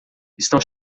estão